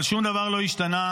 אבל שום דבר לא השתנה,